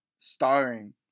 Starring